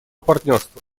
партнерства